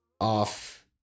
off